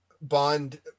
Bond